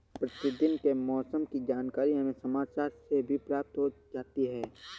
प्रतिदिन के मौसम की जानकारी हमें समाचार से भी प्राप्त हो जाती है